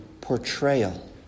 portrayal